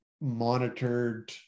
monitored